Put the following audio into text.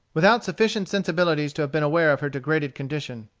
without sufficient sensibilities to have been aware of her degraded condition.